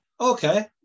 Okay